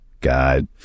God